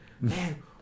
Man